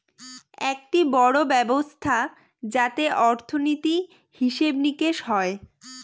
একটি বড়ো ব্যবস্থা যাতে অর্থনীতি, হিসেব নিকেশ হয়